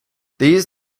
these